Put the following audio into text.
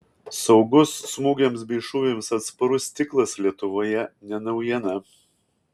saugus smūgiams bei šūviams atsparus stiklas lietuvoje ne naujiena